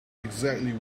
exactly